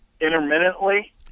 intermittently